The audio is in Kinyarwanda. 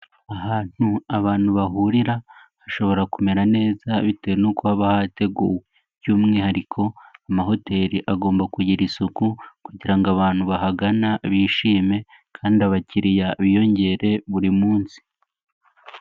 Ahantu abantu bahurira hashobora kumera neza bitewe nuko haba hateguwe, by'umwihariko amahoteli agomba kugira isuku kugira ngo abantu bahagana bishime kandi abakiriya biyongere buri munsi.